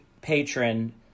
patron